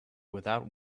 without